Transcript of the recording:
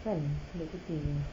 kan kulit putih jer